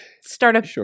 startup